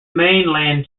mainland